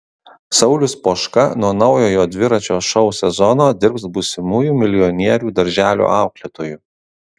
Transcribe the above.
saulius poška nuo naujojo dviračio šou sezono dirbs būsimųjų milijonierių darželio auklėtoju